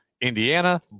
Indiana